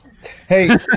Hey